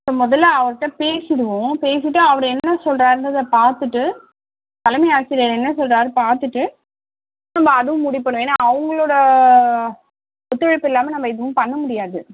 so முதல்ல அவர்கிட்ட பேசிவிடுவோம் பேசிவிட்டு அவர் என்ன சொல்லுறாருன்றத பார்த்துட்டு தலைமை ஆசிரியர் என்ன சொல்லுறாருன்னு பார்த்துட்டு நம்ப அதுவும் முடிவு பண்ணுவோம் ஏன்னா அவங்களோட ஒத்துழைப்பு இல்லாமல் நம்ம எதுவும் பண்ண முடியாது